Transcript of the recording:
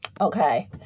Okay